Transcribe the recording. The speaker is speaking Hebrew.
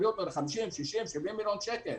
שיביאו אותו ל-50, 60, 70 מיליון שקל